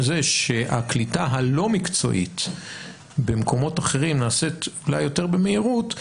הקליטה הלא מקצועית במקומות אחרים נעשית אולי יותר במהירות,